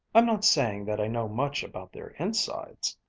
i'm not saying that i know much about their insides.